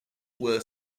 were